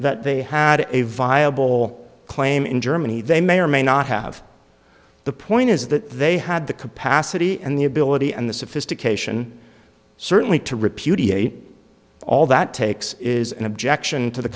that they had a viable claim in germany they may or may not have the point is that they had the capacity and the ability and the sophistication certainly to repudiate all that takes is an objection to the